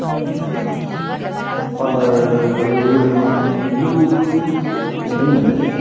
colour म चाहिँ blue हेरौँ भन्दै थिएँ